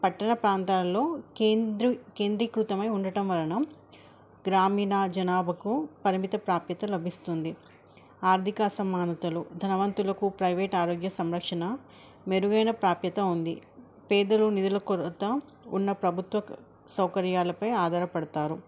పట్టణ ప్రాంతాలల్లో కేంద్రీ కేంద్రీకృతమై ఉండటం వలన గ్రామీణ జనాభకు పరిమిత ప్రాప్యత లభిస్తుంది ఆర్థిక అసమానతలు ధనవంతులకు ప్రైవేట్ ఆరోగ్య సంరక్షణ మెరుగైన ప్రాప్యత ఉంది పేదలు నిధుల కొరత ఉన్న ప్రభుత్వ సౌకర్యాలపై ఆధారపడతారు